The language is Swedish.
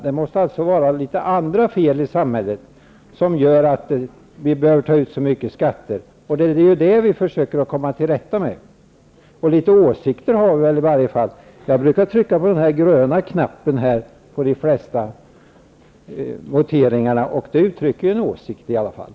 Det måste därför vara andra fel i samhället som gör att vi behöver ta ut så mycket skatter. Det är detta vi försöker att komma till rätta med. Litet åsikter har vi väl i varje fall. Jag brukar trycka på den gröna knappen vid de flesta voteringarna. Det uttrycker i varje fall en åsikt.